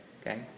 Okay